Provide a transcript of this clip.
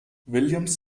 williams